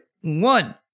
one